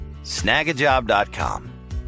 Snagajob.com